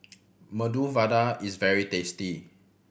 Medu Vada is very tasty